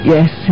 Yes